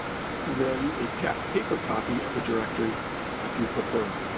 or i can mail you a paper paper copy of the directory if you prefer.